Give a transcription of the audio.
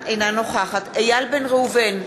אינה נוכחת איל בן ראובן,